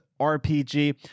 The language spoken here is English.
RPG